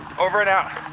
over and out.